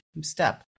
step